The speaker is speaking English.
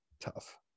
Tough